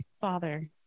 Father